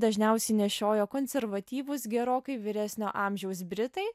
dažniausiai nešiojo konservatyvūs gerokai vyresnio amžiaus britai